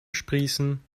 sprießen